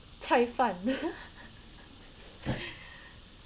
菜饭